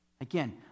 Again